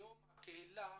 היום הקהילה